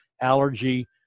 allergy